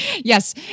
Yes